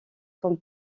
comme